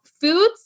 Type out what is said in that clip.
foods